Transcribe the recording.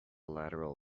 lateral